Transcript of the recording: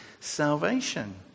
salvation